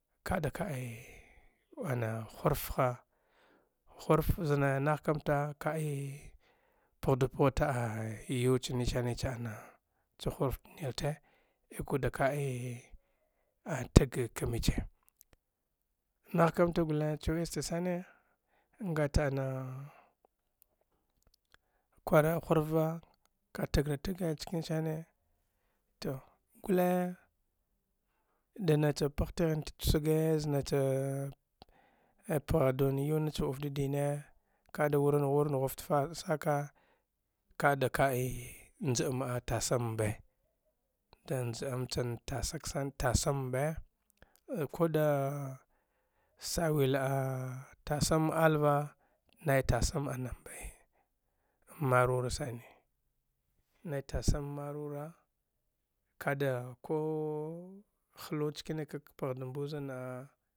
Kada kade'a ana hurfa hurf zane nahkamata ka i pghdupahate yuwce cane cana sa ne iku wude ka'i tge ka mice ngate na kwara hurfva ka’ tgeratge ntsiinsa ne to guley da na ce pghtegheye tetkusage pghduwan yuwna ce uff de ne ka da urnaghu “im” saka, kade ka'i njami tasin mbe, tanzin ean tasin mbe ko da sawile tasin “m” alva nay tasin anambay marora sa enei nei tasin marora kada koh kuley cinikwi podumbuzunnah.